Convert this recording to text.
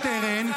שטרן.